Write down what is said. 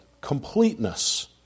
completeness